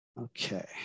Okay